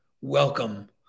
welcome